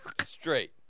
Straight